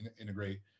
integrate